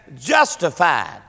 justified